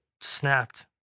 snapped